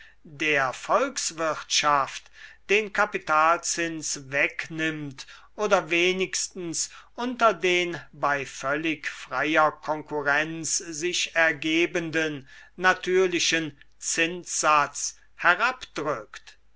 der volkswirtschaft den kapitalzins wegnimmt oder wenigstens unter den bei völlig freier konkurrenz sich ergebenden natürlichen zinssatz